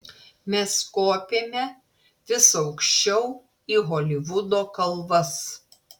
mes kopėme vis aukščiau į holivudo kalvas